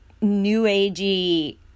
new-agey